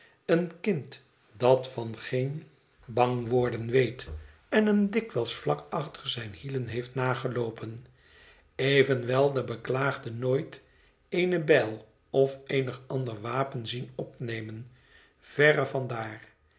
een kind dat van geen bang worden weet en hem dikwijls vlak achter zijne hielen heeft nageroepen evenwel den beklaagde nooit eene bijl of eenig ander wapen zien opnemen verre van daar